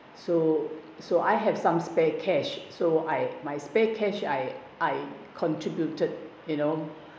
so so I have some spare cash so I my spare cash I I contributed you know